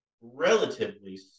relatively